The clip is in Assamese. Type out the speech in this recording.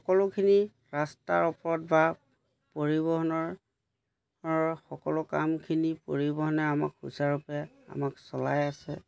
সকলোখিনি ৰাস্তাৰ ওপৰত বা পৰিবহণৰ সকলো কামখিনি পৰিবহণে আমাক সুচাৰুৰূপে আমাক চলাই আছে